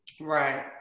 Right